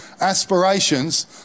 aspirations